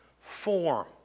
form